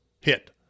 hit